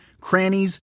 crannies